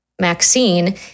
Maxine